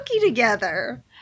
together